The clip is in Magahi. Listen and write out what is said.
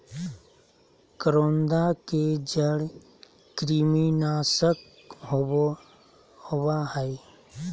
करौंदा के जड़ कृमिनाशक होबा हइ